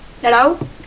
Hello